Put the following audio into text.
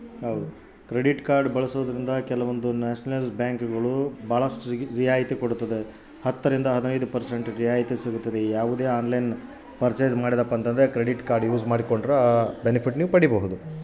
credit ಕಾರ್ಡ್ಲಾಸಿ ಕೆಲವೊಂದು ತಾಂಬುವಾಗ ರಿಯಾಯಿತಿ ಸುತ ಶೇಕಡಾ ಐದರಿಂದ ಹತ್ತರಷ್ಟು ಸಿಗ್ತತೆ